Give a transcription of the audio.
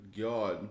God